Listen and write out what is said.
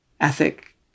ethic